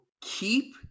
keep –